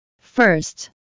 First